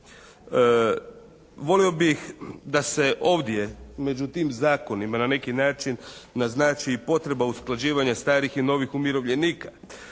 Volio bih da se ovdje među tim zakonima na neki način naznači i potreba usklađivanja starih i novih umirovljenika